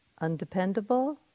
undependable